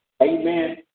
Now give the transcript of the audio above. Amen